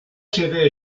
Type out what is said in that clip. sede